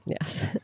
Yes